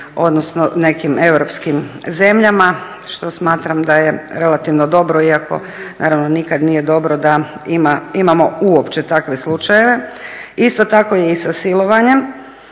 odnosno nekim europskim zemljama što smatram da je relativno dobro, iako naravno nikad nije dobro da imamo uopće takve slučajeve. Isto tako je i sa silovanjem